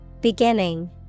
Beginning